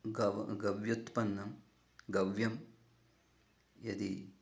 गव् गव्युत्पन्नं गव्यं यदि